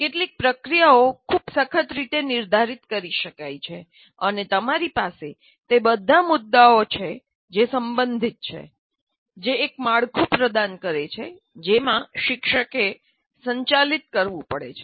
કેટલીક પ્રક્રિયાઓ ખૂબ સખત રીતે નિર્ધારિત કરી શકાય છે અને તમારી પાસે તે બધા મુદ્દાઓ છે જે સંબંધિત છે જે એક માળખું પ્રદાન કરે છે જેમાં શિક્ષકે સંચાલિત કરવું પડે છે